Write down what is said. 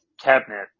cabinet